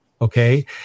Okay